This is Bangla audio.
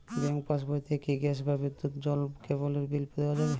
ব্যাঙ্ক পাশবই থেকে কি গ্যাস বা বিদ্যুৎ বা জল বা কেবেলর বিল দেওয়া যাবে?